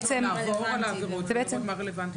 נעבור על העבירות ונראה מה רלוונטי ומה לא.